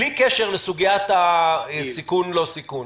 בלי קשר לסוגיית הסיכון/לא סיכון,